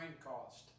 cost